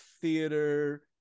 theater